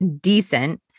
decent